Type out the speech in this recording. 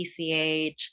PCH